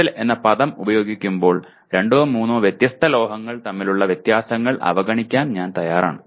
metal എന്ന പദം ഉപയോഗിക്കുമ്പോൾ രണ്ടോ മൂന്നോ വ്യത്യസ്ത ലോഹങ്ങൾ തമ്മിലുള്ള വ്യത്യാസങ്ങൾ അവഗണിക്കാൻ ഞാൻ തയ്യാറാണ്